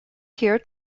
here